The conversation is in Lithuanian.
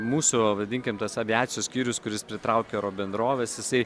mūsų vadinkim tas aviacijos skyrius kuris pritraukia oro bendroves jisai